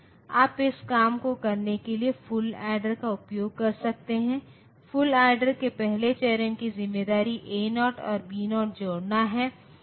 लेकिन बात यह है कि जब आप अपने सिस्टम में अपने प्रोसेसर में कुछ सर्किटरी कर रहे होते हैं तो हार्डवेयर के एक टुकड़े द्वारा 2 ऑपरेशन करने में सक्षम होना बहुत अधिक महत्व रखता है